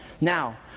Now